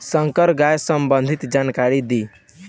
संकर गाय सबंधी जानकारी दी?